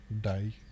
die